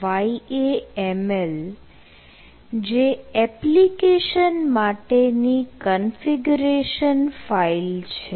yaml જે application માટેની configuration file છે